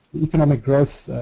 economic growth,